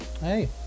Hey